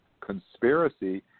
Conspiracy